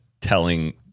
telling-